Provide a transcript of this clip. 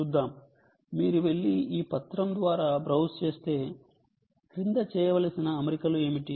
చూద్దాం మీరు వెళ్లి ఈ పత్రం ద్వారా బ్రౌజ్ చేస్తే క్రింద చేయవలసిన అమరికలు ఏమిటి